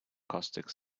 caustic